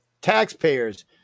Taxpayers